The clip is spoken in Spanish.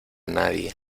nadie